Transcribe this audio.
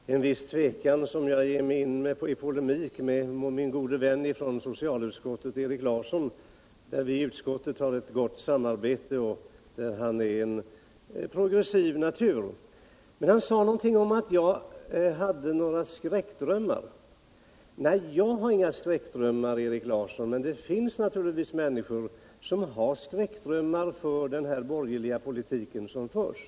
Herr talman! Det är med en viss tvekan som jag ger mig in i polemik med Erik Larsson, min gode vän från socialutskottet, där vi har ett gott samarbete och Erik Larsson är en progressiv natur. Men Erik Larsson sade någonting om att jag skulle ha skräckdrömmar, och då måste jag svara att jag inte har några skräckdrömmar, men det finns naturligtvis människor som har det på grund av den borgerliga politik som nu förs.